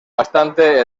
bastante